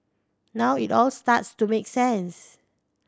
now it all starts to make sense